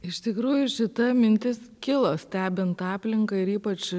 iš tikrųjų šita mintis kilo stebint aplinką ir ypač